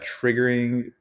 triggering